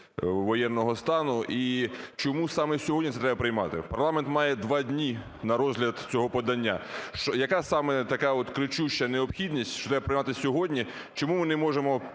воєнного стану і чому саме сьогодні це треба приймати? Парламент має 2 дні на розгляд цього подання. Яка саме така от кричуща необхідність, що треба приймати сьогодні? Чому ми не можемо